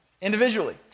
individually